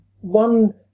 one